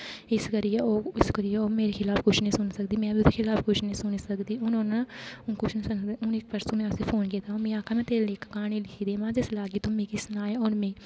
इस करियै ओह् इस करियै ओह् मेरे खलाफ कुछ नेईं सुनी सकदी में बी ओह्दे खलाफ कुछ नेईं सुनी सकदी हून उन्न हून परसों में उस्सी फौन कीता ओह् मिगी आखै दी में तेरे लेई इक क्हानी लिखी दी में जिसलै आगी तुगी सनागी हून में